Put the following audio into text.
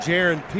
Jaron